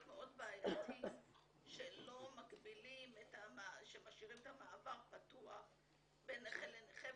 מאוד בעייתי שמשאירים את המעבר פתוח בין נכה לנכה